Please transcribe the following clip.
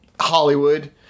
Hollywood